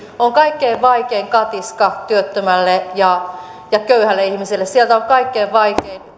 on kaikkein vaikein katiska työttömälle ja ja köyhälle ihmiselle sieltä on kaikkein vaikeinta